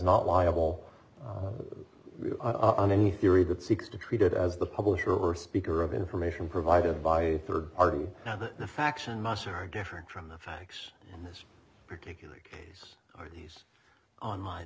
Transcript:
not liable are any theory that seeks to treat it as the publisher or speaker of information provided by a third party faction musher are different from the facts in this particular case are these online